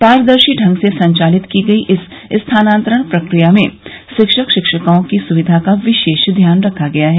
पारदर्शी ढंग से संचालित की गयी इस स्थानान्तरण प्रक्रिया में शिक्षक शिक्षिकाओं की सुविधा का विशेष ध्यान रखा गया है